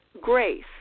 grace